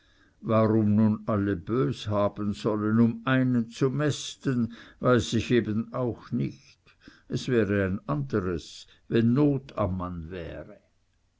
warum nun alle bös haben sollen um einen zu mästen weiß ich eben auch nicht es wäre ein anderes wenn not am mann wäre